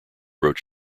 wrote